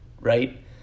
right